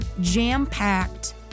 jam-packed